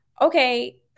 okay